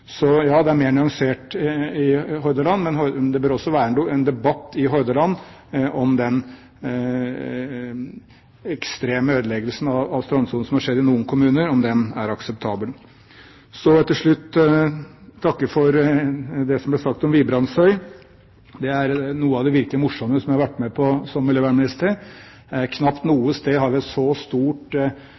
Så ja, det er mer nyansert i Hordaland, men det bør også være en debatt i Hordaland om den ekstreme ødeleggelsen av strandsonen som har skjedd i noen kommuner, er akseptabel. Til slutt vil jeg takke for det som ble sagt om Vibrandsøy. Det er noe av det virkelig morsomme som jeg har vært med på som miljøvernminister. Knapt noe sted har vi et så stort